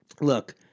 look